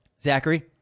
Zachary